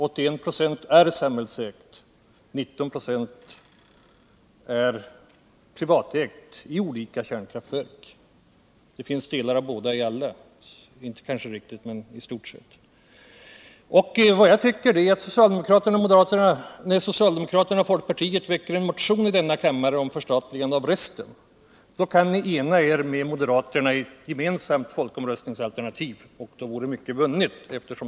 81 96 är samhällsägt och 19 9 är privatägt i olika kärnkraftverk. Det finns delar av ägandeformerna i stort sett i alla. Det behövs bara att socialdemokraterna och folkpartiet väcker en motion i denna kammare om förstatligande av resten. Sedan kan ni ena er med moderaterna i ett gemensamt folkomröstningsalternativ. Då vore mycket vunnet.